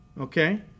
okay